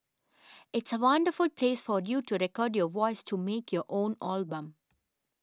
it's a wonderful place for you to record your voice to make your own album